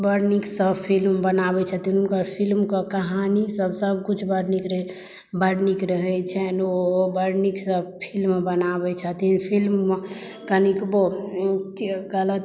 बड़ नीकसँ फिल्म बनाबै छथिन हुनकर फिल्म के कहानी सभ कुछ बड़ नीक रहै छनि ओ बड़ नीकसँ फिल्म बनाबै छथिन फिल्म मे कनिक गलत